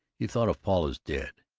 he thought of paul as dead.